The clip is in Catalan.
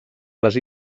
les